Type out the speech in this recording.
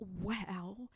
wow